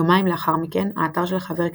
יומיים לאחר מכן האתר של ח"כ